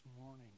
morning